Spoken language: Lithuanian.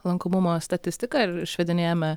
lankomumo statistiką ir išvedinėjame